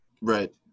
right